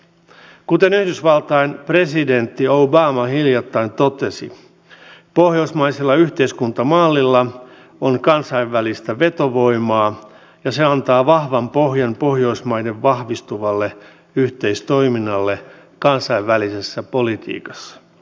kuten yhdysvaltain presidentti obama hiljattain totesi pohjoismaisella yhteiskuntamallilla on kansainvälistä vetovoimaa ja se antaa vahvan pohjan pohjoismaiden vahvistuvalle yhteistoiminnalle kansainvälisessä politiikassa